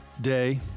day